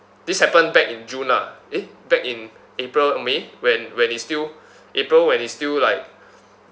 this happened back in june ah eh back in april or may when when it's still april when it's still like